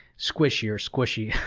squishy, or squishy.